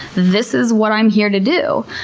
this is what i'm here to do.